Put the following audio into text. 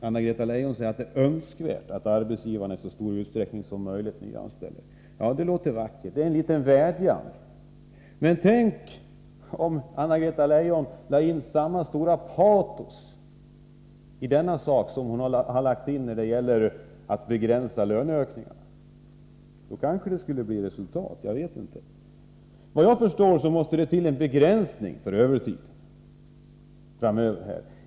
Anna-Greta Leijon säger att det är önskvärt att arbetsgivarna i så stor utsträckning som möjligt nyanställer. Ja, det låter vackert. Det är en sorts vädjan. Men tänk om Anna-Greta Leijon ägnade sig åt denna fråga med samma patos som när det gäller frågan om en begränsning av löneökningarna! Då skulle det kanske bli resultat. Såvitt jag förstår måste det till en begränsning av övertidsuttaget.